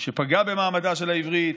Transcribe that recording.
שפגע במעמדה של העברית,